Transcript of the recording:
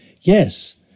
Yes